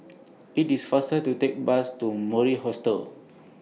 IT IS faster to Take Bus to Mori Hostel